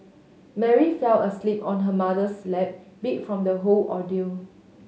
Mary fell asleep on her mother's lap beat from the whole ordeal